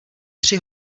tři